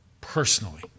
personally